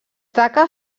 taca